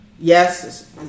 Yes